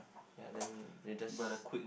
ya then they just